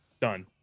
Done